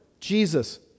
Jesus